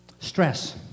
Stress